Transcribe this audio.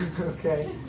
Okay